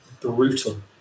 brutal